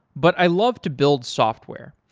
but i love to build software.